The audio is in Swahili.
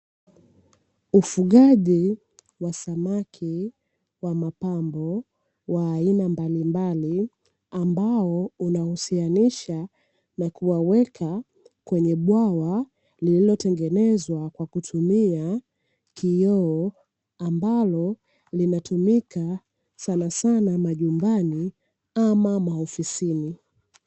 Ufugaji wa samaki wa mapambo wa aina mbalimbali, ambao unahusianisha na kuwaweka kwenye bwawa lililotengenezwa kwa kutumia kioo, ambalo linatumika sanasana majumbani ama maofisini.